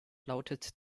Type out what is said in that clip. lautet